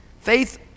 Faith